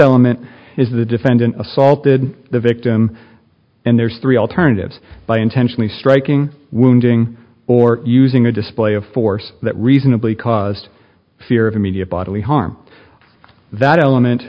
element is the defendant assaulted the victim and there's three alternatives by intentionally striking wounding or using a display of force that reasonably caused fear of immediate bodily harm that element